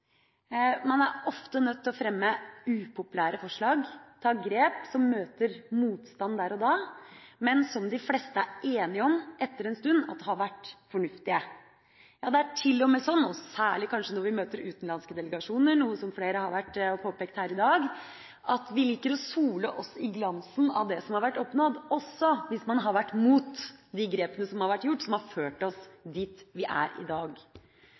Man er ofte nødt til å fremme upopulære forslag, ta grep som møter motstand der og da, men som de fleste etter en stund er enige om at har vært fornuftige. Det er til og med sånn, og kanskje særlig når vi møter utenlandske delegasjoner, noe som flere har påpekt her i dag, at vi liker å sole oss i glansen av det som har vært oppnådd – også hvis man har vært mot de grepene som har vært gjort, som har ført oss dit vi er i dag.